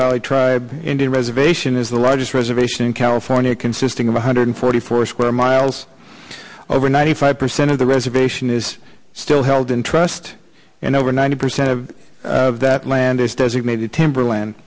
valley tribe indian reservation is the largest reservation in california consisting of one hundred forty four square miles over ninety five percent of the reservation is still held in trust and over ninety percent of that land is designated timber land